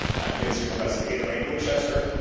i'm consumer investigator hank winchester,